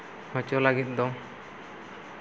ᱦᱚᱪᱚ ᱞᱟᱹᱜᱤᱫ ᱫᱚ